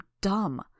dumb